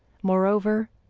moreover,